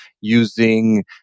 using